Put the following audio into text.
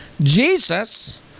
Jesus